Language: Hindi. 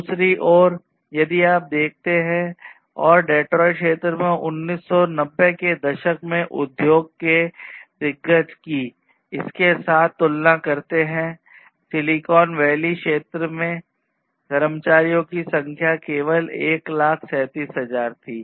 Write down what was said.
दूसरी ओर यदि आप देखते हैं और डेट्रायट क्षेत्र में 1990 के दशक में उद्योग के दिग्गज की इनके साथ तुलना करते हैं सिलिकॉन वैली क्षेत्र में कर्मचारियों की संख्या केवल 137000 थी